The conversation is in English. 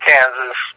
Kansas